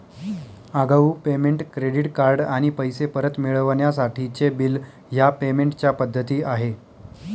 आगाऊ payment, credit card आणि पैसे परत मिळवण्यासाठीचे बिल ह्या पेमेंट च्या पद्धती आहे